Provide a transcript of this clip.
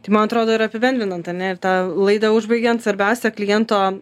tai man atrodo ir apibendrinant ar ne ir tą laidą užbaigiant svarbiausia kliento